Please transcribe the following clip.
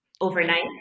overnight